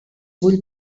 vull